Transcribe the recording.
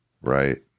Right